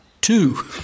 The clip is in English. two